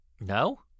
No